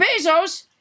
Bezos